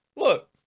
Look